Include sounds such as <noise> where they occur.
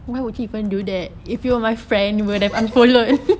<laughs>